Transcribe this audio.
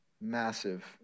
Massive